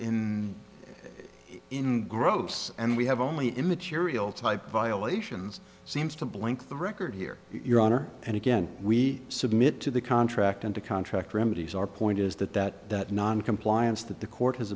in in gross and we have only immaterial type violations seems to blink the record here your honor and again we submit to the contract and to contract remedies our point is that noncompliance that the court has